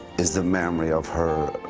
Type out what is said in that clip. is the memory of her